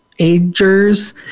Agers